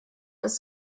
ist